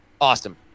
Awesome